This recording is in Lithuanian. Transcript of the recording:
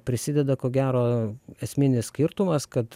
prisideda ko gero esminis skirtumas kad